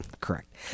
correct